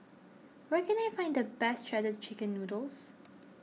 where can I find the best Shredded Chicken Noodles